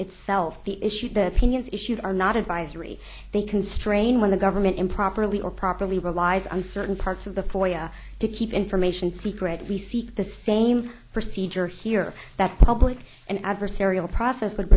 itself the issues the opinions issues are not advisory they constrain when the government improperly or properly relies on certain parts of the foyer to keep information secret we seek the same procedure here that public an adversarial process would